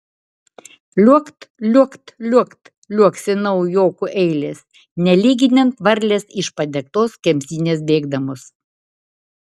liuokt liuokt liuokt liuoksi naujokų eilės nelyginant varlės iš padegtos kemsynės bėgdamos